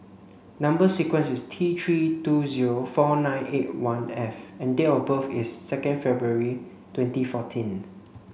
number sequence is T three two zero four nine eight one F and date of birth is second February twenty fourteen